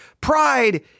pride